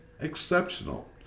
exceptional